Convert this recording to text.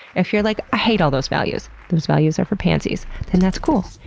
if you're like, i hate all those values. those values are for pansies. then that's cool.